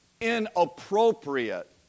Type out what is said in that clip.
inappropriate